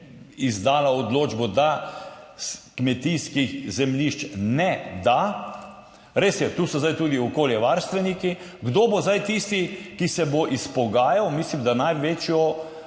izdala odločbo, da kmetijskih zemljišč ne da. Res je, tu so zdaj tudi okoljevarstveniki. Kdo bo zdaj tisti, ki se bo izpogajal? Mislim, da ima največjo